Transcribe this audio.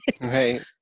Right